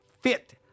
fit